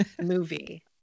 movie